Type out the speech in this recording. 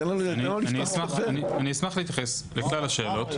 אשמח להתייחס לכלל השאלות,